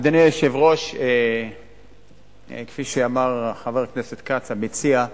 אדוני היושב-ראש, כפי שאמר חבר הכנסת כץ, המציע,